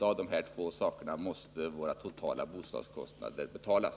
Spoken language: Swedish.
Av de två sakerna måste våra totala bostadskostnader betalas.